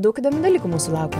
daug įdomių dalykų mūsų laukia